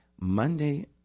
Monday